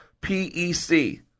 P-E-C